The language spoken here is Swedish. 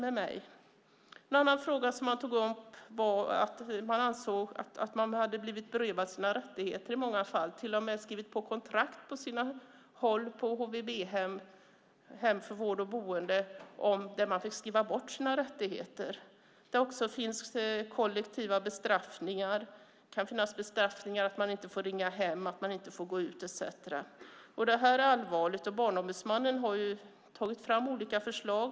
En annan fråga som de tog upp var att de ansåg ett de hade blivit berövade sina rättigheter i många fall. På vissa hem för vård och boende hade de till och med skrivit på kontrakt där de skrev bort sina rättigheter. Det finns också kollektiva bestraffningar. Det kan finnas bestraffningar i form av att man inte får ringa hem, inte får gå ut etcetera. Det här är allvarligt. Barnombudsmannen har tagit fram olika förslag.